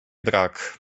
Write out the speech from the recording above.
brak